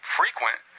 frequent